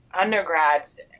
undergrads